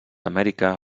amèrica